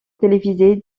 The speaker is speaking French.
télévisée